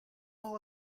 all